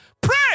Pray